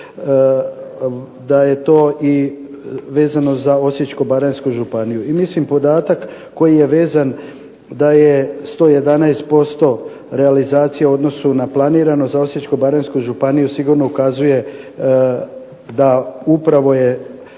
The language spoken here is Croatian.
da je to vezano za Osječko-baranjsku županiju. I mislim da je podatak koji je vezan da je 111% realizacija u odnosu na planirano za Osječko-baranjsku županiju sigurno ukazuje da upravo je